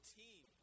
team